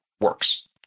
works